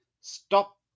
Stop